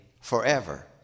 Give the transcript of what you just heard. forever